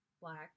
black